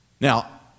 Now